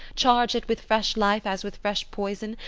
charge it with fresh life as with fresh poison,